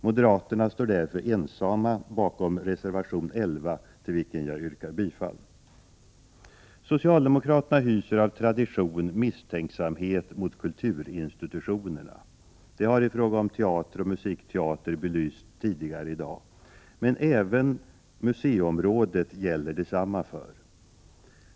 Moderaterna står därför ensamma bakom reservation 11, till vilken jag yrkar bifall. Socialdemokraterna hyser av tradition misstänksamhet mot kulturinstitutionerna. Det har i fråga om teater och musikteater belysts tidigare i dag, men gäller även museiområdet.